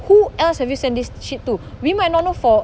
who else have you send this shit to we might not know for